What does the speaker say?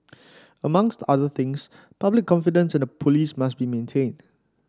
amongst other things public confidence in the police must be maintained